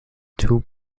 two